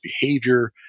behavior